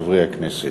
וחברי הכנסת,